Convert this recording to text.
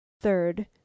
Third